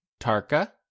Tarka